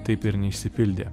taip ir neišsipildė